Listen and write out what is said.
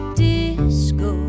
disco